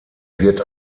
wird